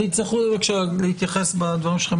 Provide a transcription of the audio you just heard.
אז תצטרכו להתייחס בדברים שלכם,